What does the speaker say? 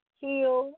heal